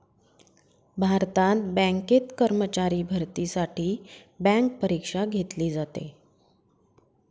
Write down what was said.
भारतात बँकेत कर्मचारी भरतीसाठी बँक परीक्षा घेतली जाते